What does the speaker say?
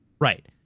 Right